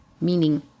meaning